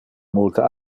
multe